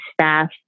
staff